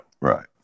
Right